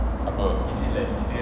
apa